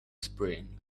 spring